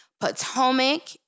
Potomac